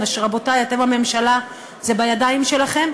רבותי, אתם הממשלה, זה בידיים שלכם.